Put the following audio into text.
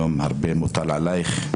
הרבה מוטל עליך היום.